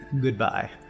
Goodbye